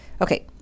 okay